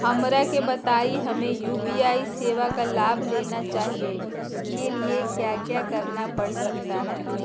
हमरा के बताइए हमें यू.पी.आई सेवा का लाभ लेना चाहते हैं उसके लिए क्या क्या करना पड़ सकता है?